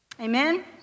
Amen